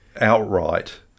outright